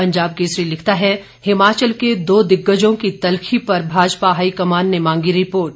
पंजाब केसरी लिखता है हिमाचल के दो दिग्गजों की तल्खी पर भाजपा हाईकमान ने मांगी रिपोर्ट